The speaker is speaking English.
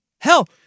Hell